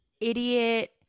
idiot